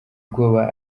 ubwoba